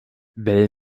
bell